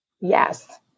Yes